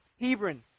Hebron